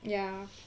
ya